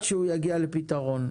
עד שהוא יגיע לפתרון,